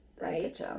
Right